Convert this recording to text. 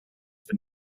than